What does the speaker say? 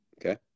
okay